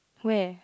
where